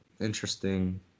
interesting